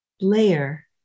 layer